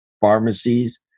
pharmacies